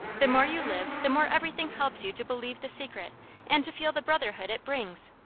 the more you live, the more everything helps you to believe the secret and to feel the brotherhood it brings.